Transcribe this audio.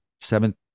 seventh